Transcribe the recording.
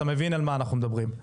אתה מבין על מה אנחנו מדברים,